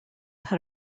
had